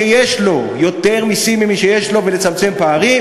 אחרי הבעל,